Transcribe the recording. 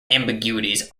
ambiguities